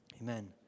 Amen